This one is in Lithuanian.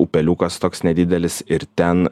upeliukas toks nedidelis ir ten